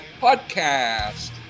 Podcast